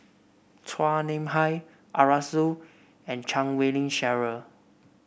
Chua Nam Hai Arasu and Chan Wei Ling Cheryl